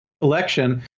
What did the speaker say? election